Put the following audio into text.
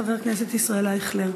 חבר הכנסת ישראל אייכלר.